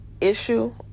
issue